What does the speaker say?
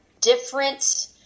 different –